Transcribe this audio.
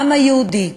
העם היהודי,